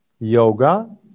yoga